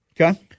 Okay